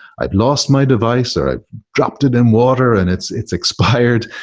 i've lost my device or i've dropped in and water, and it's it's expired.